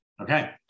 okay